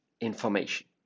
information